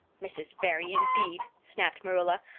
mrs. barry indeed! snapped marilla.